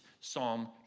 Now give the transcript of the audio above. Psalm